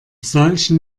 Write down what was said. solchen